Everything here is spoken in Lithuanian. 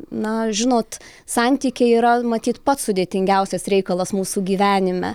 na žinot santykiai yra matyt pats sudėtingiausias reikalas mūsų gyvenime